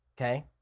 okay